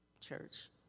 church